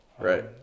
right